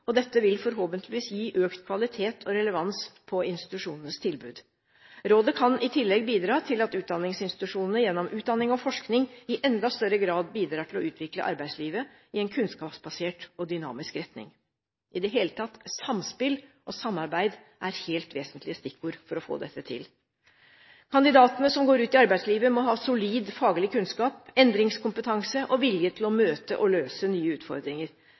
og dette vil forhåpentligvis gi økt kvalitet og relevans på institusjonenes tilbud. Rådet kan i tillegg bidra til at utdanningsinstitusjonene gjennom utdanning og forskning i enda større grad bidrar til å utvikle arbeidslivet i en kunnskapsbasert og dynamisk retning. I det hele tatt er samspill og samarbeid helt vesentlige stikkord for å få dette til. Kandidatene som går ut i arbeidslivet, må ha solid faglig kunnskap, endringskompetanse og vilje til å møte og løse nye utfordringer.